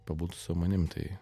pabūtų su manim tai